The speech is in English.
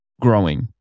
growing